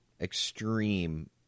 Extreme